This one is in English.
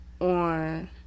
on